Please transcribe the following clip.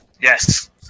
Yes